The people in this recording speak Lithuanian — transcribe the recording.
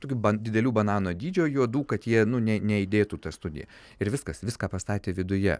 tokių ban didelių banano dydžio juodų kad jie nu ne nejudėtų ta studija ir viskas viską pastatė viduje